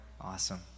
awesome